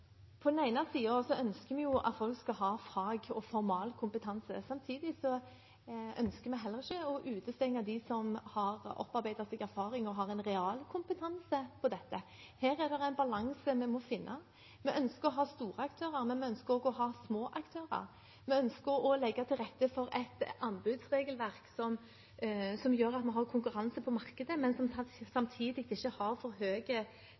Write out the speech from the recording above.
Samtidig ønsker vi heller ikke å utestenge dem som har opparbeidet seg erfaring og har en realkompetanse. Her er det en balanse vi må finne. Vi ønsker å ha storaktører, men vi ønsker også å ha små aktører. Vi ønsker å legge til rette for et anbudsregelverk som gjør at vi har konkurranse på markedet, men som samtidig ikke har for høye